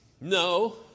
No